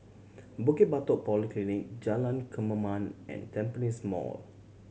Bukit Batok Polyclinic Jalan Kemaman and Tampines Mall